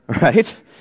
right